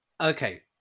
Okay